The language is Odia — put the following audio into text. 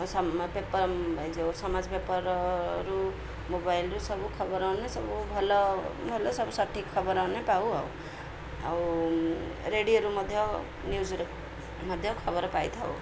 ସମ ପେପର୍ ଯେଉଁ ସମାଜ ପେପର୍ରୁ ମୋବାଇଲ୍ରୁ ସବୁ ଖବର ଅନେ ସବୁ ଭଲ ଭଲ ସବୁ ସଠିକ୍ ଖବର ମାନେ ପାଉ ଆଉ ଆଉ ରେଡ଼ିଓରୁ ମଧ୍ୟ ନ୍ୟୁଜ୍ରୁ ମଧ୍ୟ ଖବର ପାଇଥାଉ